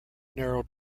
narrow